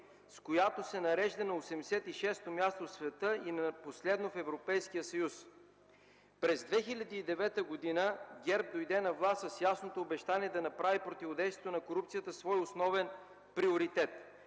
с която се нарежда на 86-то място в света и на последно в Европейския съюз. През 2009 г. ГЕРБ дойде на власт с ясното обещание да направи противодействието на корупцията свой основен приоритет.